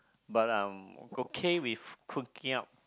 but I'm okay with cooking up